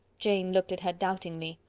jane looked at her doubtingly.